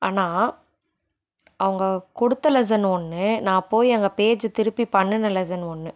ஆனால் அவங்க கொடுத்த லெசன் ஒன்று நான் போய் அங்கே பேஜ்ஜு திருப்பி பண்ணின லெசன் ஒன்று